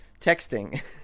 texting